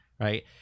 Right